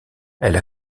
elle